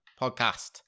podcast